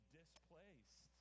displaced